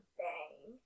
bang